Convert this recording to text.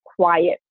quiet